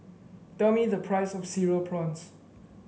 tell me the price of Cereal Prawns